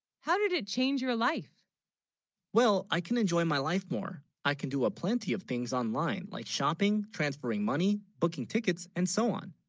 how, did it change your life well i can, enjoy, my life more i can, do a plenty of things online, like shopping transferring money booking tickets and so on?